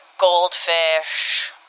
goldfish